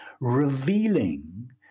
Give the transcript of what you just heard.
revealing